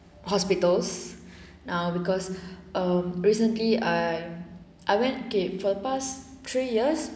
hospitals now because uh recently I I went okay for the past three years